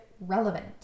relevant